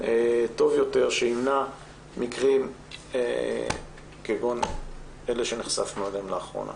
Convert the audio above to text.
טוב יותר שימנע מקרים כגון אלה שנחשפנו אליהם לאחרונה.